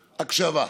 הקשבה.